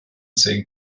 zehn